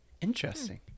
Interesting